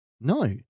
No